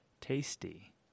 tasty